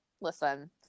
listen